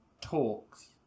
talks